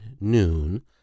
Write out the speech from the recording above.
noon